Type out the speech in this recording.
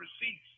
receipts